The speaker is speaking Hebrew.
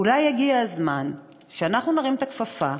אולי הגיע הזמן שנרים את הכפפה,